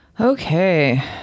Okay